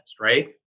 right